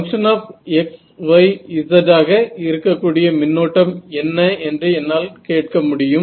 function of xyz ஆக இருக்கக்கூடிய மின்னோட்டம் என்ன என்று என்னால் கேட்க முடியும்